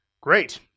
great